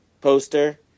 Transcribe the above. poster